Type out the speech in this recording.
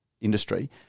industry